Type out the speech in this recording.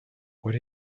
what